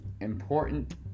important